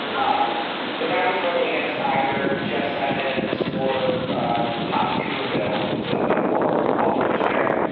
um but now he's running against either jeff sessions or ah tommy tuberville, who's a former football coach there,